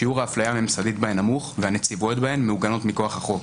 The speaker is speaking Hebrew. שיעור ההפליה הממסדית בהן נמוך והנציבויות בהן מעוגנות מכוח החוק.